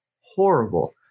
horrible